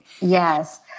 Yes